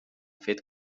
fet